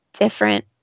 different